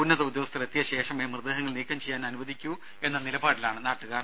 ഉന്നത ഉദ്യോഗസ്ഥർ എത്തിയ ശേഷമേ മൃതദേഹങ്ങൾ നീക്കംചെയ്യാൻ അനുവദിക്കൂ എന്ന നിലപാടിലാണ് നാട്ടുകാർ